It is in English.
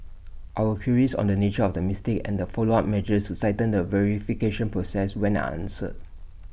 our queries on the nature of the mistake and follow up measures to tighten the verification process went unanswered